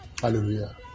Hallelujah